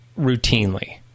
routinely